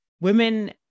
women